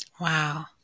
Wow